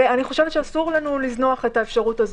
ואני חושבת שאסור לנו לזנוח את האפשרות הזו.